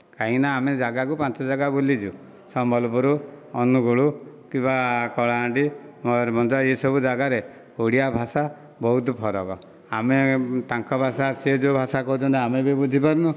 କାହିଁକିନା ଆମେ ଜାଗାକୁ ପାଞ୍ଚ ଜାଗା ବୁଲିଛୁ ସମ୍ବଲପୁର ଅନୁଗୁଳ କିମ୍ବା କଳାହାଣ୍ଡି ମୟୁରଭଞ୍ଜ ଏହି ସବୁ ଜାଗାରେ ଓଡ଼ିଆ ଭାଷା ବହୁତ ଫରକ ଆମେ ତାଙ୍କ ଭାଷା ସେ ଯେଉଁ ଭାଷା କହୁଛନ୍ତି ଆମେ ବି ବୁଝି ପାରୁନୁ